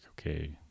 okay